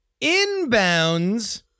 inbounds